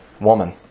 woman